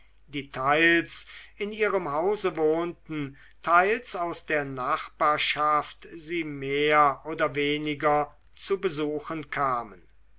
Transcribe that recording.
teils in ihrem hause wohnten teils aus der nachbarschaft sie mehr oder weniger zu besuchen kamen